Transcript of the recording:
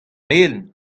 melen